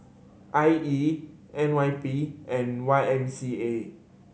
I E N Y P and Y M C A